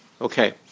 Okay